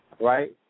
right